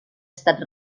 estat